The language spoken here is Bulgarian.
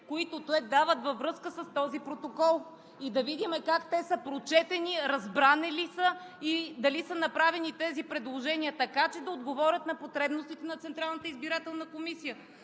които те дават във връзка с този протокол, за да видим как те са прочетени, разбрани ли са и дали са направени тези предложения така, че да отговорят на потребностите на Централната избирателна комисия.